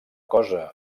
cosa